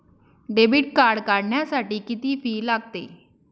Debit card काढण्यासाठी किती fee लागते?